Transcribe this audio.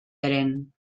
eren